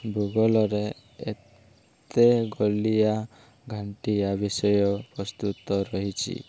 ଭୂଗୋଲରେ ଏତେ ଗୋଲିଆ ଘାଣ୍ଟିଆ ବିଷୟ ପ୍ରସ୍ତୁତ ରହିଛି